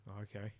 Okay